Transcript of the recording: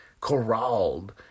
corralled